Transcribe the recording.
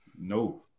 no